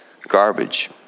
garbage